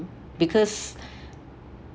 because